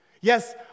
Yes